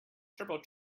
turbo